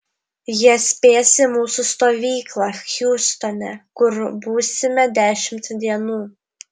jie spės į mūsų stovyklą hjustone kur būsime dešimt dienų